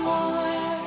More